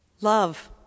Love